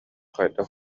хайдах